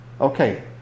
okay